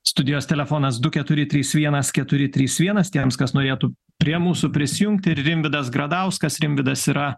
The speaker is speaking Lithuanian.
studijos telefonas du keturi trys vienas keturi trys vienas tiems kas norėtų prie mūsų prisijungti ir rimvydas gradauskas rimvydas yra